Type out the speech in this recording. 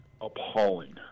appalling